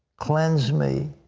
cleanse me,